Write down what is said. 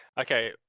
okay